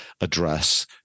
address